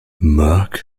marc